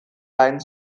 line